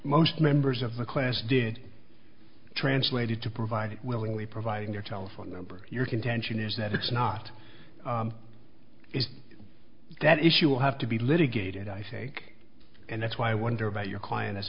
most members of the class did translated to provide willingly providing their telephone number your contention is that it's not is that issue will have to be litigated i sake and that's why i wonder about your client